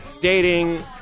dating